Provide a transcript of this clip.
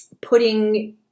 putting